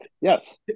yes